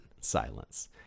Silence